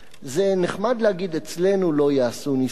זה נחמד להגיד: אצלנו לא יעשו ניסויים.